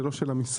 זה לא של המשרד,